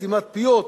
סתימת פיות,